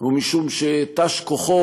או משום שתש כוחו